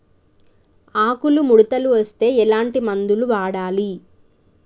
ఆకులు ముడతలు వస్తే ఎటువంటి మందులు వాడాలి?